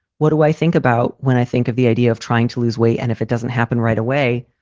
what do i think about when i think of the idea of trying to lose weight? and if it doesn't happen right away,